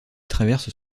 traverse